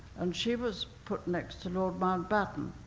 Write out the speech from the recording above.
and she was put next to lord mountbatten,